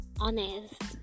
honest